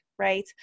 Right